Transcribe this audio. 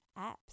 apps